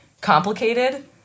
complicated